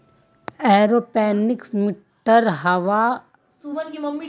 aeroponics मिट्टीर बिना हवा या धुंध वातावरणत पौधाक उगावार प्रक्रिया छे